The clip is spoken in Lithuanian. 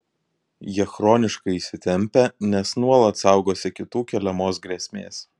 jie chroniškai įsitempę nes nuolat saugosi kitų keliamos grėsmės